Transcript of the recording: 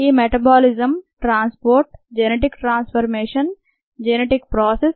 ఈ metabolism transport genetic transformation genetic process